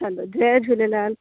हलो जय झूलेलाल